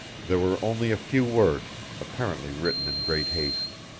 there were only a few words, apparently written in great haste.